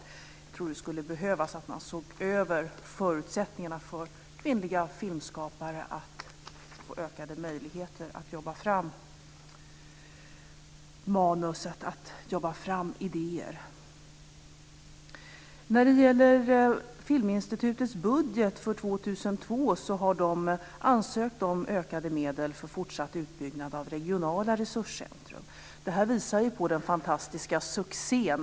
Jag tror att det skulle behövas en översyn av förutsättningarna för kvinnliga filmskapare att få ökade möjligheter att jobba fram manus och idéer. Filminstitutet har i sin budget för år 2002 ansökt om ökade medel för fortsatt utbyggnad av regionala resurscentrum. Det visar på den fantastiska succén.